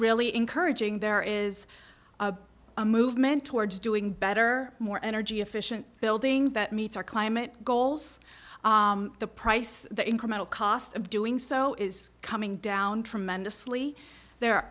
really encouraging there is a movement towards doing better more energy efficient buildings that meets our climate goals the price the incremental cost of doing so is coming down tremendously there